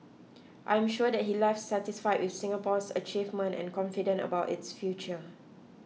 I am sure that he left satisfy with Singapore's achievement and confident about its future